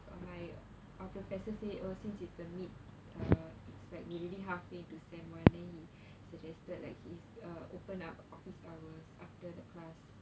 my uh professor say oh since it's the middle uh it's like we already halfway into semester one then he suggested like he's open up office hours after the class